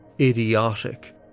idiotic